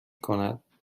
کند